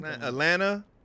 Atlanta